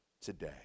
today